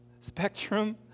spectrum